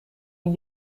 een